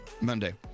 Monday